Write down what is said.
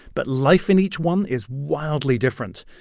but life in each one is wildly different.